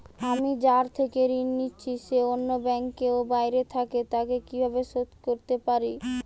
আমি যার থেকে ঋণ নিয়েছে সে অন্য ব্যাংকে ও বাইরে থাকে, তাকে কীভাবে শোধ করতে পারি?